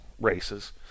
races